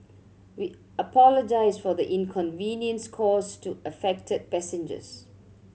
we apologise for the inconvenience caused to affected passengers